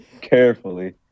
carefully